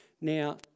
Now